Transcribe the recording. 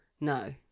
No